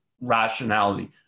rationality